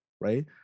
right